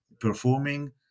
performing